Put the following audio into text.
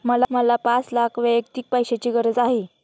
मला पाच लाख वैयक्तिक पैशाची गरज आहे